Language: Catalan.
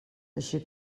així